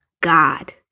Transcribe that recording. god